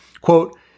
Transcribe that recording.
quote